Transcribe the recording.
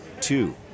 Two